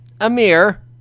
Amir